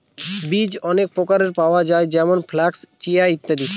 বীজ অনেক প্রকারের পাওয়া যায় যেমন ফ্লাক্স, চিয়া, ইত্যাদি